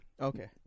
okay